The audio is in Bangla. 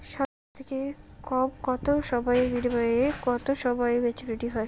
সবথেকে কম কতো সময়ের বিনিয়োগে কতো সময়ে মেচুরিটি হয়?